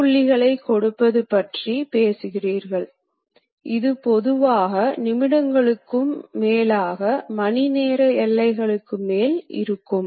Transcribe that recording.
பொறியியல் வடிவமைப்புகளில் சிறிய மாற்றங்கள் தேவைப்படும் போது கூட அது அமைக்கும் நேரத்துடன் தொடர்புடையதாக இருக்கிறது